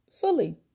fully